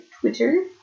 Twitter